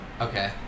okay